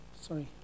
Sorry